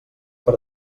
per